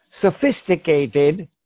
sophisticated